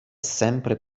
sempre